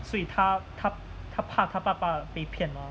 所以他他他怕他爸爸被骗了